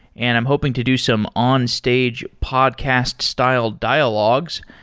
and i'm hoping to do some on-stage podcast-style dialogues.